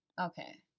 Okay